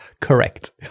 correct